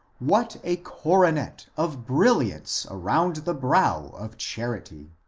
what a coronet of brilliants around the brow of charity.